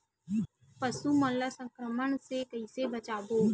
पशु मन ला संक्रमण से कइसे बचाबो?